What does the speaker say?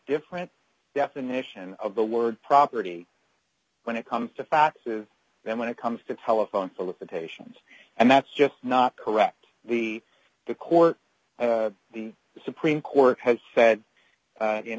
different definition of the word property when it comes to faxes then when it comes to telephone solicitations and that's just not correct the court the supreme court has said